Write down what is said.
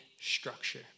structure